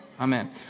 Amen